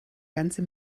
ganze